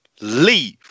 leave